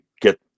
get